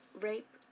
Rape